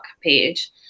page